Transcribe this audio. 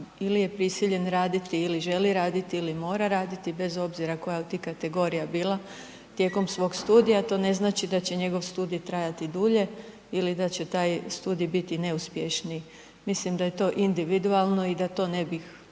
ili je prisiljen raditi ili želi raditi ili mora raditi, bez obzira koja od tih kategorija bila, tijekom svog studija to ne znači da će njegov studij trajati dulje ili da će taj studij biti neuspješniji. Mislim da je to individualno i da to ne bih